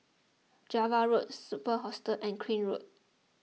Java Road Superb Hostel and Crane Road